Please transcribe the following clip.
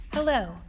Hello